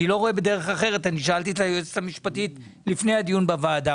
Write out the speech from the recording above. אני שאלתי את היועצת המשפטית לפני הדיון בוועדה